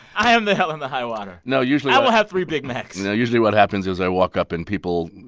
i am the hell and the high water no, usually. i will have three big macs no. usually what happens is i walk up and people,